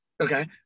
okay